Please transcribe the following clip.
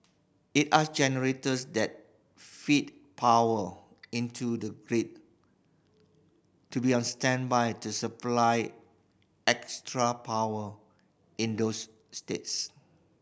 it asked generators that feed power into the grid to be on standby to supply extra power in those states